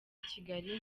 kigali